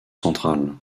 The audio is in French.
central